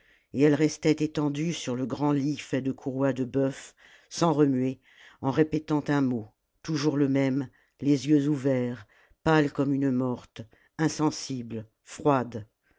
et elle restait étendue sur le grand lit fait de courroies de bœuf sans remuer en répétant un mot toujours le même les jeux ouverts pâle comme une morte insensible froide